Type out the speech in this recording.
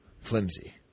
flimsy